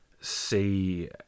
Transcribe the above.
see